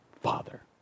Father